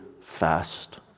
fast